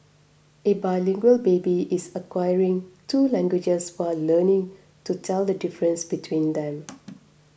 a bilingual baby is acquiring two languages while learning to tell the difference between them